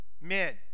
men